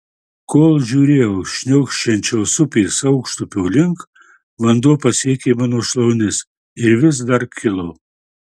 kol žiūrėjau šniokščiančios upės aukštupio link vanduo pasiekė mano šlaunis ir vis dar kilo